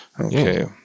Okay